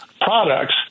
products